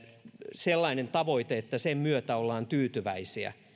sellainen tavoite että sen myötä ollaan tyytyväisiä